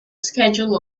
schedule